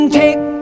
take